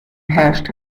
herrscht